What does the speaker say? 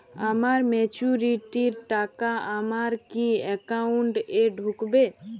আমার ম্যাচুরিটির টাকা আমার কি অ্যাকাউন্ট এই ঢুকবে?